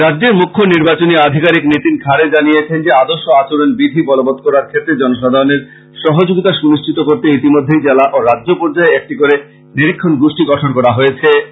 রাজ্যের মুখ্য নির্বাচনী আধিকারীক নীতিন খাড়ে জানিয়েছেন যে আর্দশ আচরণবিধি বলবৎ করার ক্ষেত্রে জনসাধারণের সহযোগীতা সুনিশ্চিত করতে ইতিমধ্যে জেলা ও রাজ্য পর্যায়ে একটি করে নিরীক্ষন গোষ্ঠী গঠন করা হয়েছে